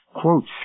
quotes